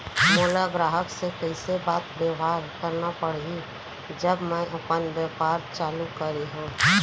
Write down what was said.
मोला ग्राहक से कइसे बात बेवहार करना पड़ही जब मैं अपन व्यापार चालू करिहा?